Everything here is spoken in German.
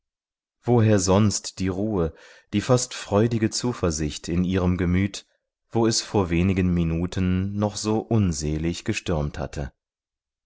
woher sonst die ruhe die fast freudige zuversicht in ihrem gemüt wo es vor wenigen minuten noch so unselig gestürmt hatte